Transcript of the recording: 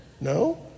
No